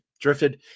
drifted